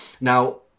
Now